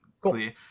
clear